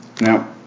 Now